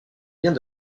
biens